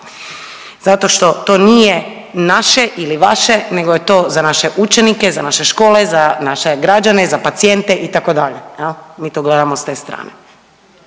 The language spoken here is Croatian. zato što to nije naše ili vaše nego je to za naše učenike, za naše škole, za naše građane, za pacijente itd., mi to gledamo s te strane.